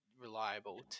reliable